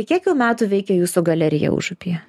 kiek jau metų veikia jūsų galerija užupyje